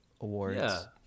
Awards